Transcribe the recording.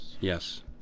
Yes